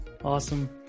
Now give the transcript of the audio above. Awesome